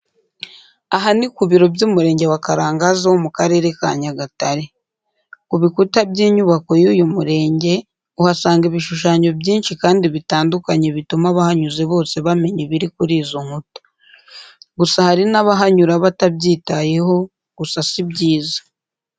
Aha ni ku biro by'Umurenge wa Karangazi wo mu Karere ka Nyagatare. Ku bikuta by'inyubako y'uyu murenge uhasanga ibishushanyo byinshi kandi bitandukanye bituma abahanyuze bose bamenya ibiri kuri izo nkuta. Gusa hari n'abahanyura batabyitayeho, gusa si byiza.